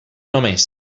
només